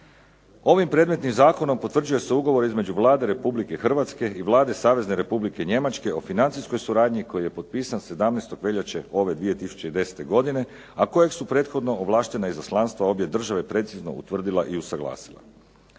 Ovim predmetnim Zakonom potvrđuje se ugovor između Vlade Republike Hrvatske i Vlade Savezne Republike Njemačke o financijskoj suradnji koji je potpisan 17. veljače ove 2010. godine, a kojeg su prethodno ovlaštena izaslanstva obje države precizno utvrdila i usuglasila.